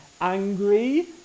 angry